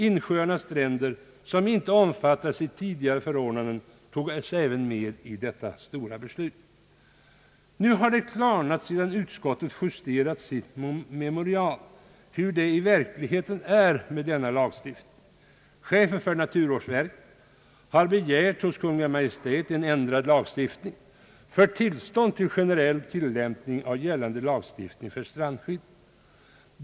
Insjöarnas stränder som inte innefattas i tidigare förordnanden togs även med i detta stora beslut. Sedan utskottet justerat sitt memorial har det nu klarnat hur det är i verkligheten med denna lagstiftning. Chefen för naturvårdsverket har hos Kungl. Maj:t begärt en ändrad lagstiftning för att få tillstånd till en generell tillämpning av gällande lagstiftning för strandskydd.